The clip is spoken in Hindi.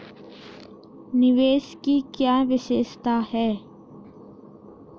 निवेश की क्या विशेषता है?